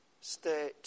state